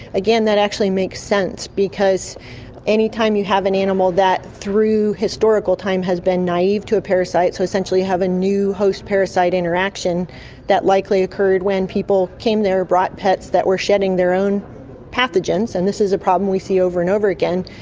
again, that actually makes sense because any time you have an animal that through historical time has been naive to a parasite, so essentially have a new host-parasite interaction that likely occurred when people came there, brought pets that were shedding their own pathogens, and this is a problem we see over and over again,